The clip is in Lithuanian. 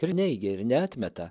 ir neigia ir neatmeta